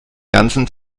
ganzen